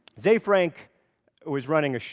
ze frank was running,